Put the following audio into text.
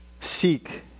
Seek